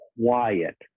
quiet